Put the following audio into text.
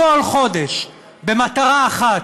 במטרה אחת,